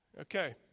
Okay